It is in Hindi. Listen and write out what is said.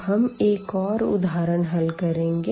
अब हम एक और उदाहरण हल करेंगे